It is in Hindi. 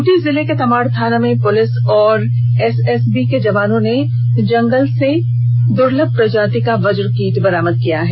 खूंटी जिले के तमाड़ थाना पुलिस और एसएसबी के जवानों ने जंगल से दुर्लभ प्रजाति का वज्रकीट बरामद किया है